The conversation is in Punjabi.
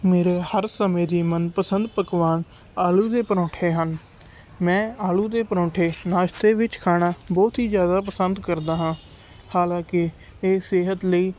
ਮੇਰੇ ਹਰ ਸਮੇਂ ਦੀ ਮਨਪਸੰਦ ਪਕਵਾਨ ਆਲੂ ਦੇ ਪਰੌਂਠੇ ਹਨ ਮੈਂ ਆਲੂ ਦੇ ਪਰੌਂਠੇ ਨਾਸ਼ਤੇ ਵਿੱਚ ਖਾਣਾ ਬਹੁਤ ਹੀ ਜ਼ਿਆਦਾ ਪਸੰਦ ਕਰਦਾ ਹਾਂ ਹਾਲਾਂਕਿ ਇਹ ਸਿਹਤ ਲਈ